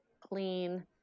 clean